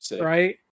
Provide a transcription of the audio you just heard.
right